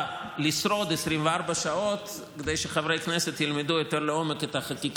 לשרוד 24 שעות כדי שחברי כנסת ילמדו את החקיקה לעומק,